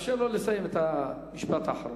תאפשר לו לסיים את המשפט האחרון.